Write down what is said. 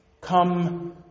come